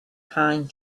pine